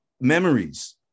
Memories